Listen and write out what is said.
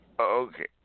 Okay